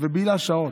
ובילה שעות.